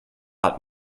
hat